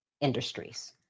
industries